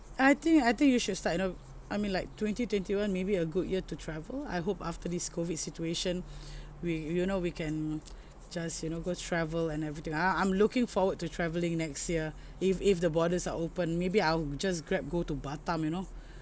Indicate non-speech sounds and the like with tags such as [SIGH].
I think I think you should start you know I mean like twenty twenty one maybe a good year to travel I hope after this COVID situation [BREATH] we you know we can just you know go travel and everything uh I'm looking forward to travelling next year if if the borders are open maybe I'll just grab go to batam you know